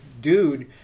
dude